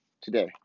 today